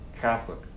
Catholic